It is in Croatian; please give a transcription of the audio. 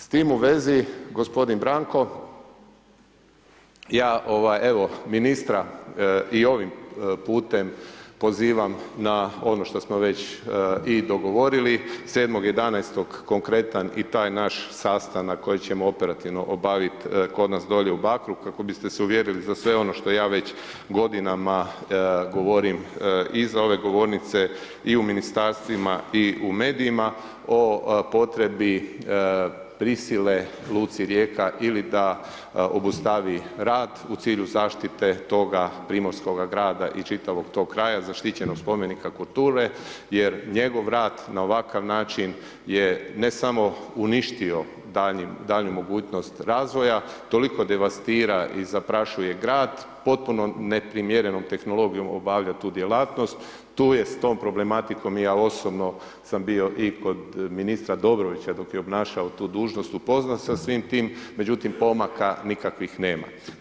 S time u vezi gospodin Branko, ja evo ministra i ovim putem pozivam na ono što smo već i dogovorili 7.11. konkretan i taj naš sastanak koji ćemo operativno obaviti kod nas dolje u Bakru kako biste se uvjerili za sve ono što ja već godinama govorim iza ove govornice, i u Ministarstvima i u medijima o potrebi prisilne luci Rijeka ili da obustavi rad u cilju zaštite toga primorskog grada i čitavog toga kraja, zaštićenoga spomenika kulture jer njegov rad na ovakav način je ne samo uništio daljnju mogućnost razvoja, toliko devastira i zaprašuje grad, potpuno neprimjerenom tehnologijom obavlja tu djelatnost, tu je s tom problematikom i ja osobno sam bio i kod ministra Dobrovića dok je obnašao tu dužnost, upoznat sa svim tim, međutim, pomaka nikakvih nema.